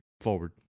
forward